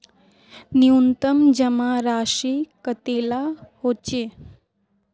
न्यूनतम जमा राशि कतेला होचे?